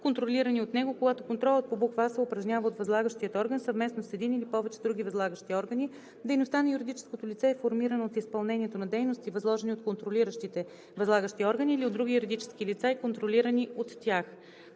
контролирани от него; когато контролът по буква „а“ се упражнява от възлагащия орган съвместно с един или повече други възлагащи органи, дейността на юридическото лице е формирана от изпълнението на дейности, възложени от контролиращите възлагащи органи или от други юридически лица, контролирани от тях;